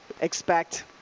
expect